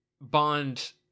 Bond